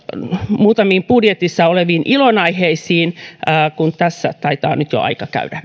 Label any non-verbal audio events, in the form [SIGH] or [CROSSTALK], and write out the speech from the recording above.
muutamiin budjetissa oleviin ilonaiheisiin kun tässä taitaa nyt aika käydä [UNINTELLIGIBLE]